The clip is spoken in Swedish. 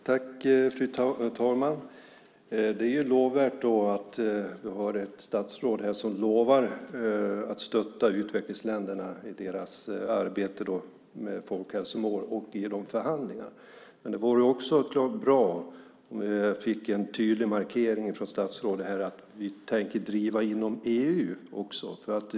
Fru talman! Det är lovvärt att vi har ett statsråd som lovar att stötta utvecklingsländerna i deras arbete med folkhälsomål och i de här förhandlingarna. Men det vore också bra om jag kunde få en tydlig markering från statsrådet om att man tänker driva detta också inom EU.